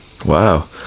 Wow